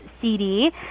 cd